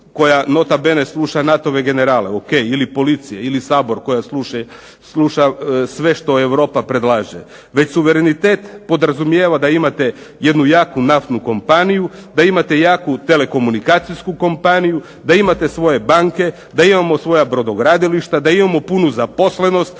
koja nota bene sluša NATO-ove generale, ok ili policije ili Sabor, koja sluša sve što Europa predlaže, već suverenitet podrazumijeva da imate jednu jaku naftnu kompaniju, da imate jaku telekomunikacijsku kompaniju, da imate svoje banke, da imamo svoja brodogradilišta, da imamo punu zaposlenost,